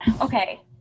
okay